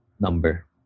number